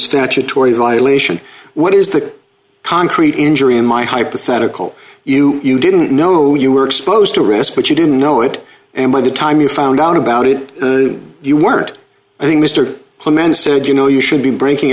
statutory violation what is the concrete injury in my hypothetical you you didn't know you were exposed to risk but you didn't know it and by the time you found out about it you weren't i think mr command said you know you should be breaking